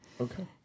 Okay